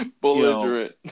Belligerent